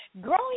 growing